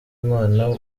imana